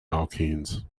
alkenes